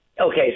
okay